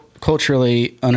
culturally